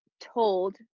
told